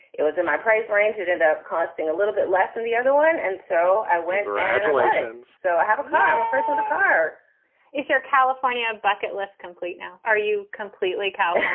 it was in my price range. ended up costing a little bit less than the other one. and so i went adulations. so i have a car, a person, a car is your california bucket list complete now? are you completely cow?